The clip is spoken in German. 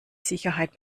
sicherheit